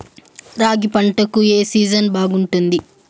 రాగి పంటకు, ఏ సీజన్ బాగుంటుంది?